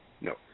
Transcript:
no